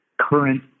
current